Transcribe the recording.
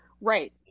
right